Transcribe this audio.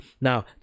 now